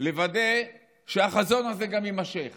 לוודא שהחזון הזה גם יימשך